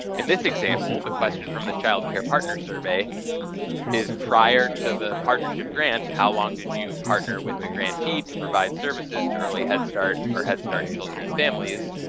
in this example, the question from the child care partner survey is, prior to the partnership grant, how long did you partner with the grantee to provide services to early head start head start children families?